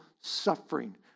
suffering